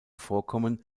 vorkommen